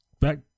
back